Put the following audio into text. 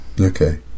okay